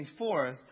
24th